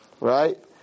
right